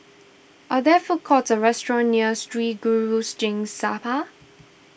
are there food courts or restaurants near Sri Guru Singh Sabha